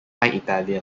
italian